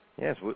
Yes